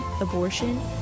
abortion